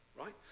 right